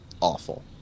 awful